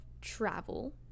travel